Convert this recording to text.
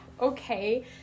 okay